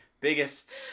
biggest